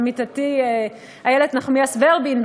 ולעמיתתי איילת נחמיאס ורבין,